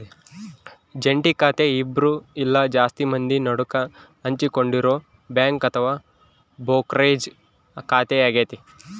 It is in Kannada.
ಜಂಟಿ ಖಾತೆ ಇಬ್ರು ಇಲ್ಲ ಜಾಸ್ತಿ ಮಂದಿ ನಡುಕ ಹಂಚಿಕೊಂಡಿರೊ ಬ್ಯಾಂಕ್ ಅಥವಾ ಬ್ರೋಕರೇಜ್ ಖಾತೆಯಾಗತೆ